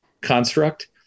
construct